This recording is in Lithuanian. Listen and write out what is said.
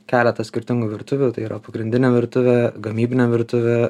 keletas skirtingų virtuvių tai yra pagrindinė virtuvė gamybinė virtuvė